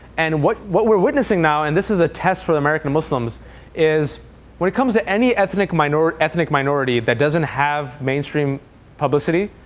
and what what we're witnessing now and this is a test for the american muslims is when it comes to any ethnic minority ethnic minority that doesn't have mainstream publicity,